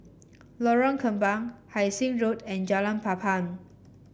Lorong Kembang Hai Sing Road and Jalan Papan